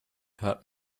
hört